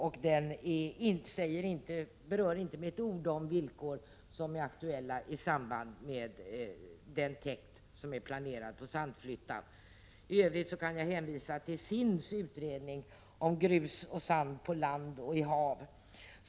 Men den berör inte med ett enda ord de villkor som är aktuella i samband med den täkt som är planerad på Sandflyttan. I övrigt kan jag hänvisa till SIND:s utredning Grus och sand på land och i hav.